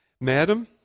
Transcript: Madam